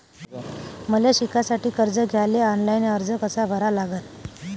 मले शिकासाठी कर्ज घ्याले ऑनलाईन अर्ज कसा भरा लागन?